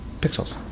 Pixels